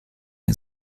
and